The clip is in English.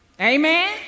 Amen